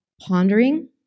pondering